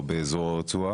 הרצועה, או באזור הרצועה.